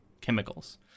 chemicals